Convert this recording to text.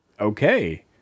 okay